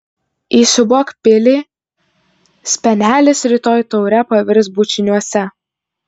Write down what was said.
įsiūbuok pilį spenelis rytoj taure pavirs bučiniuose